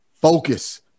Focus